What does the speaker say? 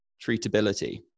treatability